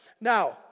Now